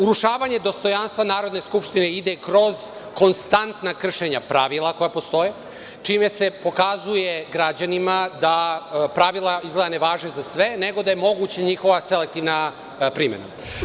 Urušavanje dostojanstva Narodne skupštine ide kroz konstantna kršenja pravila koja postoje čime se pokazuje građanima da pravila izgleda ne važe za sve, nego da je moguća njihova selektivna primena.